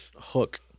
hook